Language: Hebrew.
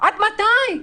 עד מתי?